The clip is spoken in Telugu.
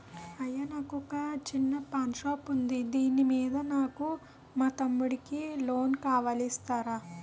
అయ్యా నాకు వొక చిన్న పాన్ షాప్ ఉంది దాని మీద నాకు మా తమ్ముడి కి లోన్ కావాలి ఇస్తారా?